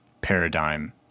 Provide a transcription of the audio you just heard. paradigm